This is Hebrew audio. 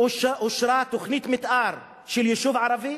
אושרה תוכנית מיתאר של יישוב ערבי?